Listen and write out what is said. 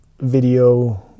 video